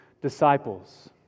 disciples